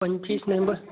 पंचवीस नोहेंबर